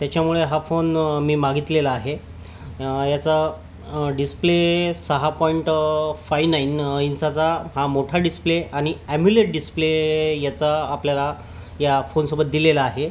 त्याच्यामुळे हा फोन मी मागितलेला आहे याचा डिस्प्ले सहा पॉइंट फाई नाईन इंचाचा हा मोठा डिस्प्ले आणि अॅम्युलेड डिस्प्ले याचा आपल्याला या फोनसोबत दिलेला आहे